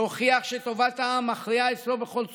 שהוכיח שטובת העם מכריעה אצלו בכל צומת.